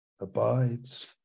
abides